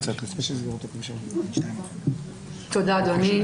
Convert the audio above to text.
תודה, אדוני.